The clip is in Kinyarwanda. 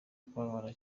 kubabara